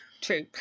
True